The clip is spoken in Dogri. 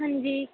हंजी